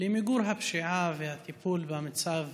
למיגור הפשיעה והטיפול במצב